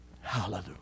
Hallelujah